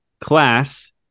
Class